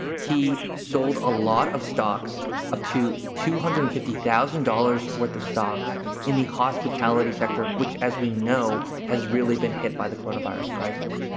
he sold a lot of stocks up to two hundred fifty thousand dollars worth of stocks in the hospitality sector, which, as we know, has really been hit by the corona virus crisis.